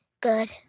Good